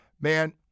man